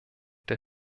der